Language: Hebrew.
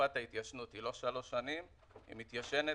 תקופת ההתיישנות היא לא שלוש שנים אלא היא מתיישנת